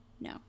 no